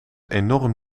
enorm